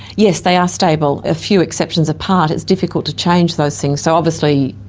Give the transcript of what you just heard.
yes, they are stable. a few exceptions apart, it's difficult to change those things. so obviously,